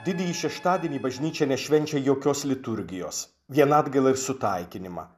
didįjį šeštadienį bažnyčia nešvenčia jokios liturgijos vien atgailą ir sutaikinimą